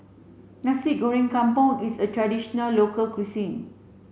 Nasi Goreng Kampung is a traditional local cuisine